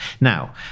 Now